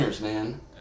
man